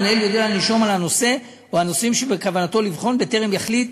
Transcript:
המנהל יודיע לנישום על הנושא או הנושאים שבכוונתו לבחון בטרם יחליט